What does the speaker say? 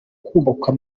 kubakwa